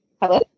hello